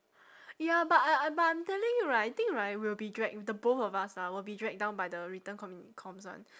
ya but I I but I'm telling you right I think right we'll be drag the both of us ah will be drag down by the written communi~ comms one